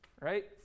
right